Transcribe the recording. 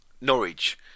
Norwich